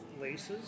laces